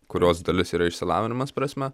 kurios dalis yra išsilavinimas prasme